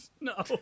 No